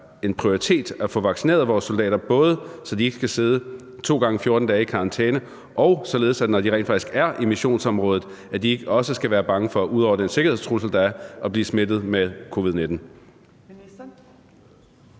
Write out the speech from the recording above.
en prioritet at få vaccineret vores soldater, både for at de ikke skal sidde to gange 14 dage i karantæne, og for at de, når de rent faktisk er i missionsområdet, ikke ud over den sikkerhedstrussel, der er, skal være bange for at blive smittet med covid-19?